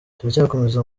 turacyakomeza